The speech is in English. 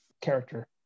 character